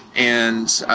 and